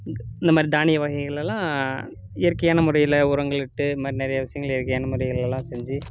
இந் இந்தமாதிரி தானிய வகைகளெல்லாம் இயற்கையான முறையில் உரங்களிட்டு இந்தமாதிரி நிறைய விஷயங்கள் இயற்கையான முறையிலெல்லாம் செஞ்சு